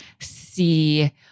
See